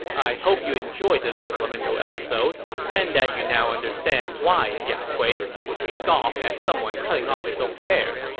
i hope you enjoyed this supplemental episode and that you now understand why jia kui would scoff at someone cutting off his own hair.